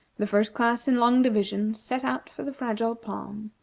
the first class in long division set out for the fragile palm,